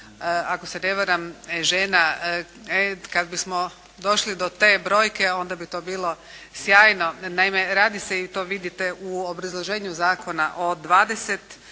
ako se ne varam žena. E, kad bismo došli do te brojke, onda bi to bilo sjajno. Naime, radi se i to vidite u obrazloženju zakona o 20